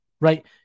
right